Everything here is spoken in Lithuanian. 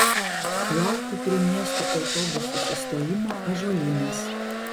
laukiu prie miesto autobusų sustojimo ąžuolynas